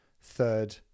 third